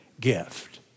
gift